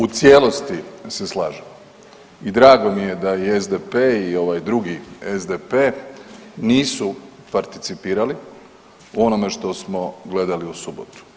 U cijelosti se slažem i drago mi je da i SDP i ovaj drugi SDP nisu participirali u onome što smo gledali u subotu.